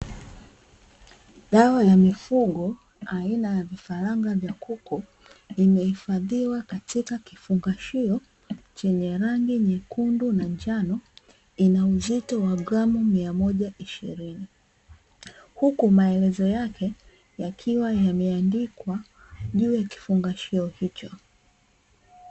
Dawa ya mifugo aina ya vifaranga vya kuku, imehifadhiwa katika kifungashio chenye rangi nyekundu na njano, ina uzito wa gramu mia moja ishirini. Huku maelezo yake yakiwa yameandikwa juu ya kifungashio hicho.